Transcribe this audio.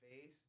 face